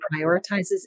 prioritizes